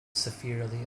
severely